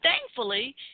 thankfully